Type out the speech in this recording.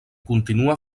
continua